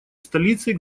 столицей